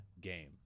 game